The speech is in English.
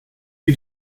you